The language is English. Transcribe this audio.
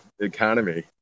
economy